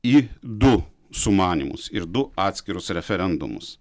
į du sumanymus ir du atskirus referendumus